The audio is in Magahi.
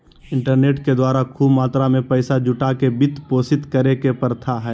इंटरनेट के द्वारा खूब मात्रा में पैसा जुटा के वित्त पोषित करे के प्रथा हइ